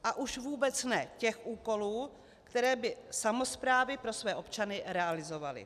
A už vůbec ne těch úkolů, které by samosprávy pro své občany realizovaly.